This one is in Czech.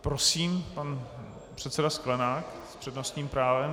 Prosím, pan předseda Sklenák s přednostním právem.